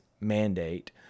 mandate